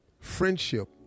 Friendship